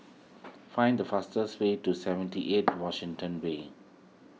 find the fastest way to seventy eight Washington Way